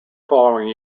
following